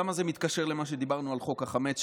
למה זה מתקשר למה שדיברנו על חוק החמץ,